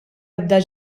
ebda